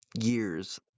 years